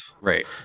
Right